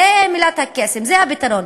זו מילת הקסם, זה הפתרון.